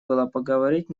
поговорить